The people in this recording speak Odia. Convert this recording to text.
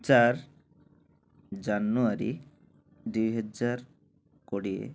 ଚାରି ଜାନୁୟାରୀ ଦୁଇ ହଜାର କୋଡ଼ିଏ